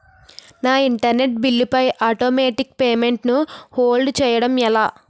నా internet bill పై automatic payment ను హోల్డ్ చేయటం ఎలా?